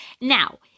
Now